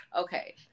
okay